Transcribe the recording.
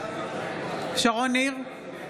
שרון ניר,